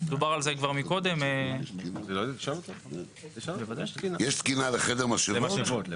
יש תקינה למשאבות או